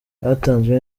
hatanzwe